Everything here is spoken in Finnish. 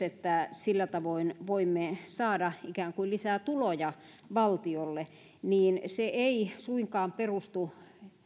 että sillä tavoin voimme saada ikään kuin lisää tuloja valtiolle niin se ei suinkaan perustu